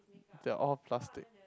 they're all plastic